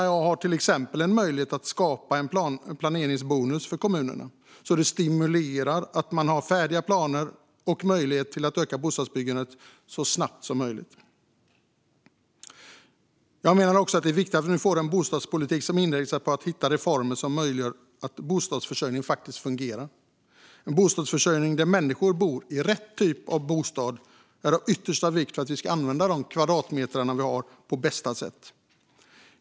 Regeringen har till exempel möjlighet att skapa en planeringsbonus för kommunerna för att stimulera att kommunerna har färdiga planer och möjlighet att öka bostadsbyggandet så snabbt som möjligt. Jag menar att det är viktigt att vi nu får en bostadspolitik som inriktar sig på att hitta reformer som möjliggör att bostadsförsörjningen fungerar. En bostadsförsörjning där människor bor i rätt typ av bostad är av yttersta vikt för att vi ska använda de kvadratmeter vi har på bästa sätt.